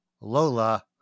Lola